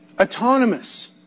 autonomous